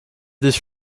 this